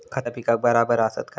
खता पिकाक बराबर आसत काय?